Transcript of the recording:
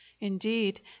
indeed